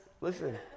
Listen